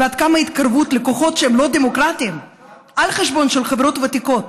ועד כמה התקרבות לכוחות שהם לא דמוקרטיים על חשבון חברות ותיקות,